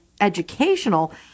educational